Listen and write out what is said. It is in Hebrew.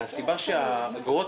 מהסיבה שהאגרות